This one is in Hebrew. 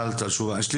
יש לי